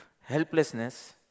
Helplessness